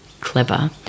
clever